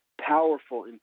powerful